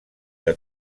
que